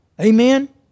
Amen